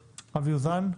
אוזן,